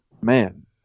man